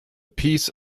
peace